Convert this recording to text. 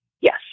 Yes